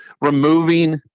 removing